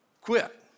quit